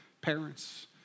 parents